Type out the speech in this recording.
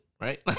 right